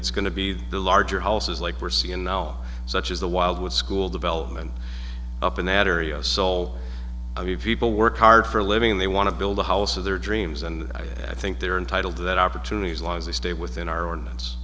it's going to be the larger houses like we're seeing now such as the wild with school development up in that area soul of people work hard for a living they want to build a house of their dreams and i think they're entitled to that opportunity as long as they stay within our own